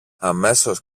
αμέσως